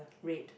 red